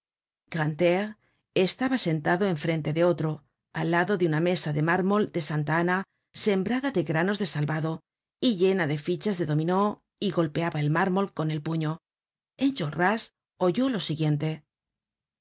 grantaire estaba sentado en frente de otro al lado de una mesa de mármol de santa ana sembrada de granos de salvado y llena de fichas de dominó y golpeaba el mármol con el puño enjolras oyó lo siguiente